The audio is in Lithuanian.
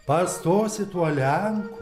pastosi tuo lenku